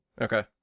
Okay